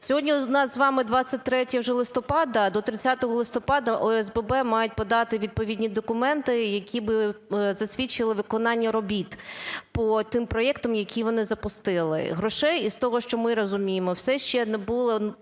Сьогодні у нас з вами 23 вже листопада, до 30 листопада ОСББ мають подати відповідні документи, які би засвідчили виконання робіт по тим проектам, які вони запустили. Грошей, з того, що ми розуміємо, все ще не було